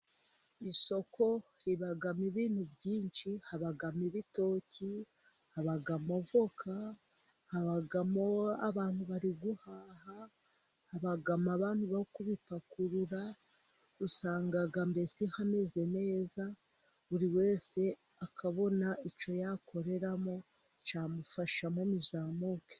Isoko ribamo ibintu byinshi, habamo ibitoki, habamo avoka, habamo abantu bari guhaha, habagamo abantu bari kubipakurura, usanga mbese hameze neza buri wese akabona icyo yakoreramo cyamufasha mu mizamukire.